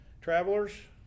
travelers